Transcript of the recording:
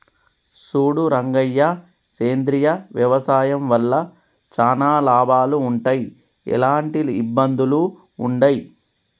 సూడు రంగయ్య సేంద్రియ వ్యవసాయం వల్ల చానా లాభాలు వుంటయ్, ఎలాంటి ఇబ్బందులూ వుండయి